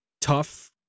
tough